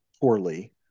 poorly